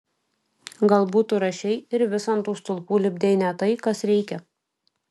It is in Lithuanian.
galbūt tu rašei ir vis ant tų stulpų lipdei ne tai kas reikia